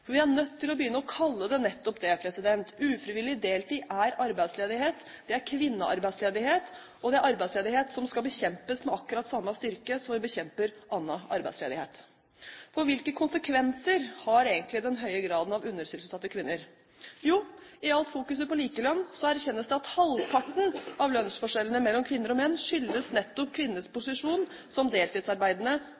Vi er nødt til å begynne å kalle det nettopp det. Ufrivillig deltid er arbeidsledighet, det er kvinnearbeidsledighet, og det er arbeidsledighet som skal bekjempes med akkurat samme styrke som vi bekjemper annen arbeidsledighet. Hvilke konsekvenser har egentlig den høye graden av undersysselsatte kvinner? Jo, i alt fokuset på likelønn erkjennes det at halvparten av lønnsforskjellene mellom kvinner og menn skyldes nettopp